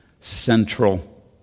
central